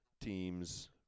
teams